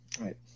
Right